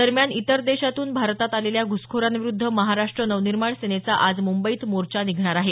दरम्यान इतर देशातून भारतात आलेल्या घुसखोरांविरुद्ध महाराष्ट्र नवनिर्माण सेनेचा आज मुंबईत मोर्चा निघणार आहे